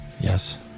Yes